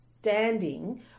standing